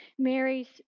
Mary's